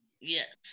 yes